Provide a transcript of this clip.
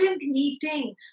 meeting